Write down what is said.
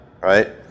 right